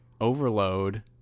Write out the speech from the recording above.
overload